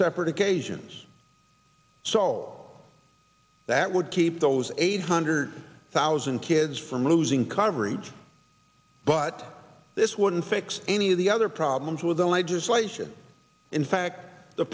separate occasions so all that would keep those eight hundred thousand kids from losing coverage but this wouldn't fix any of the other problems with the legislation in fact the